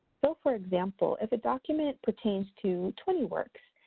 so, for example, if a document pertains to twenty works,